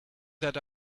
that